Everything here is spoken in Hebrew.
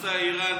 בנושא האיראני.